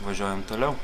važiuojam toliau